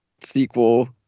sequel